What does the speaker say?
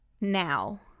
now